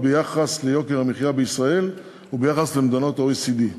ביחס ליוקר המחיה בישראל וביחס למדינות ה-OECD.